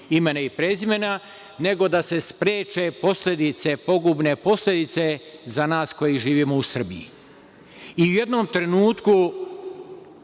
imena i prezimena, nego da se spreče posledice, pogubne posledice za nas koji živimo u Srbiji. I u jednom trenutku